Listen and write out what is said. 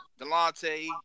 Delonte